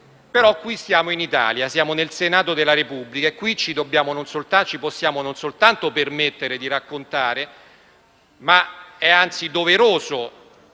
però siamo in Italia, siamo nel Senato della Repubblica e qui ci possiamo non soltanto permettere di raccontare, ma anzi è doveroso